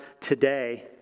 today